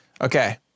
Okay